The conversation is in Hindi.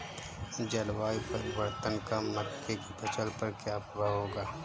जलवायु परिवर्तन का मक्के की फसल पर क्या प्रभाव होगा?